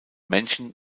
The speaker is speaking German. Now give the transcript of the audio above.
menschen